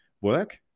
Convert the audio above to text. work